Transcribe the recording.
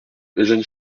eugène